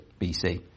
BC